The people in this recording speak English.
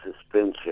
suspension